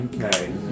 Okay